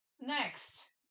Next